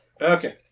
okay